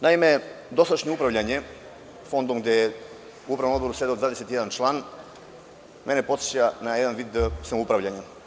Naime, dosadašnjim upravljanjem Fondom gde je u upravnom odboru sedeo 21 član, mene podseća na jedan vid samoupravljanja.